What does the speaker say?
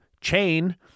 chain